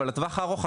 אבל לטווח הארוך,